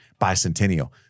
Bicentennial